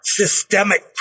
systemic